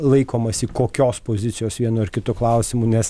laikomasi kokios pozicijos vienu ar kitu klausimu nes